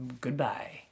Goodbye